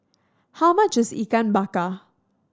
how much is Ikan Bakar